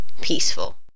peaceful